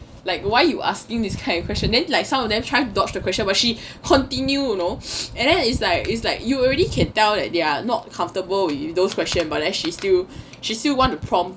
like why you asking this kind of question then like some of them trying to dodge the question where she continue you know and then is like is like you already can tell that they are not comfortable with those question but as she still she's still want to prompt